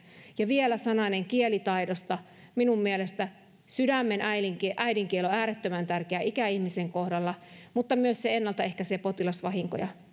ja vielä sananen kielitaidosta minun mielestäni sydämen äidinkieli äidinkieli on äärettömän tärkeä ikäihmisen kohdalla mutta se myös ennalta ehkäisee potilasvahinkoja